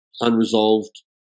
unresolved